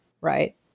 right